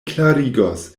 klarigos